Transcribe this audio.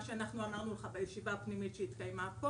מה שאנחנו אמרנו לך בישיבה הפנימית שהתקיימה פה